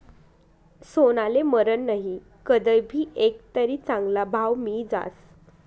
सोनाले मरन नही, कदय भी ईकं तरी चांगला भाव मियी जास